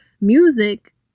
music